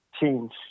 change